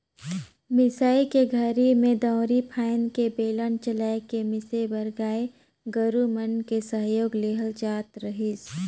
मिसई के घरी में दउंरी फ़ायन्द के बेलन चलाय के मिसे बर गाय गोरु मन के सहयोग लेहल जात रहीस